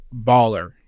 baller